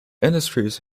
industries